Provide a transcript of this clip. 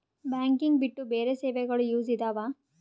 Banking ಬಿಟ್ಟು ಬೇರೆ ಸೇವೆಗಳು ಯೂಸ್ ಇದಾವ?